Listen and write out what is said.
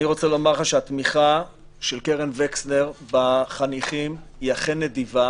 אני רוצה לומר לך שהתמיכה של קרן וקסנר בחניכים היא אכן נדיבה